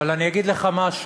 אבל אני אגיד לך משהו.